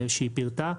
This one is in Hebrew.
שהיא פירטה,